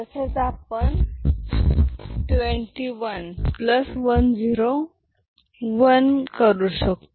असेच आपण 21101करू शकतो